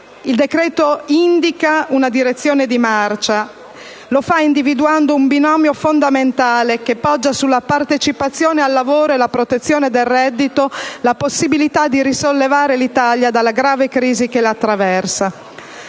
il decreto indica una direzione di marcia, individuando un binomio fondamentale, che poggia sulla partecipazione al lavoro e sulla protezione del reddito la possibilità di risollevare l'Italia dalla grave crisi che la attraversa.